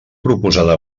proposada